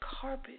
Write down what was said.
carpet